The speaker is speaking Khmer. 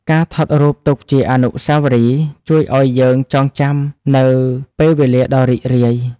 ការថតរូបទុកជាអនុស្សាវរីយ៍ ជួយឱ្យយើងចងចាំនូវពេលវេលាដ៏រីករាយ។